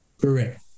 Correct